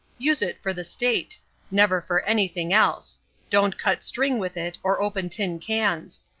use it for the state never for anything else don't cut string with it or open tin cans.